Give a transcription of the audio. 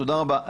תודה רבה.